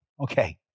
Okay